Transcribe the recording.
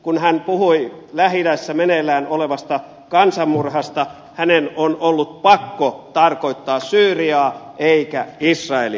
kun hän puhui lähi idässä meneillään olevasta kansanmurhasta hänen on ollut pakko tarkoittaa syyriaa eikä israelia